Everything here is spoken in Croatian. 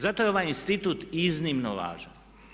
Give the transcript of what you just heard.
Zato je ovaj institut iznimno važan.